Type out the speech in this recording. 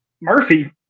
Murphy